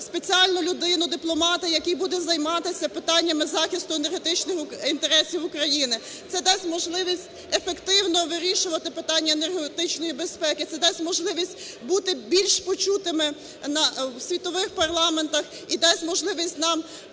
спеціальну людину, дипломата, який буде займатися питаннями захисту енергетичних інтересів України. Це дасть можливість ефективно вирішувати питання енергетичної безпеки. Це дасть можливість бути більш почутими у світових парламентах і дасть можливість нам